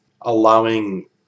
allowing